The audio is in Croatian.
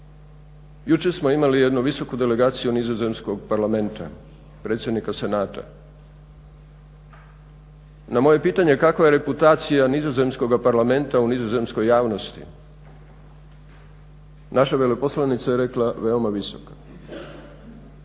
Jučer smo imali jednu visoku delegaciju Nizozemskog parlamenta, predsjednika senata. Na moje pitanje kakva je reputacija Nizozemskog parlamenta u nizozemskoj javnosti, naša veleposlanica je rekla, veoma visoka.